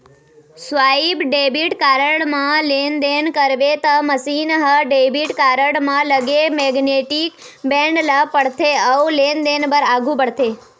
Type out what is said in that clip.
swipe debit card म लेनदेन करबे त मसीन ह डेबिट कारड म लगे मेगनेटिक बेंड ल पड़थे अउ लेनदेन बर आघू बढ़थे